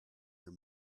your